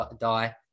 die